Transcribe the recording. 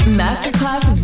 masterclass